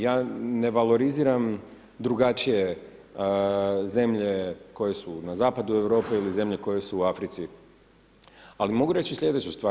Ja ne valoriziram drugačije zemlje koje su na zapadu Europe, ili zemlje koje su u Africi, ali mogu reći sljedeću stvar.